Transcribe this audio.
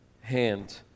Hand